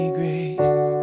grace